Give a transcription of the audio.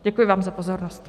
Děkuji vám za pozornost.